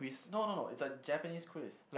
no no no it's a Japanese quiz